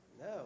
no